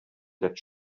that